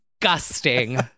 Disgusting